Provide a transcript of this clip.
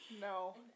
no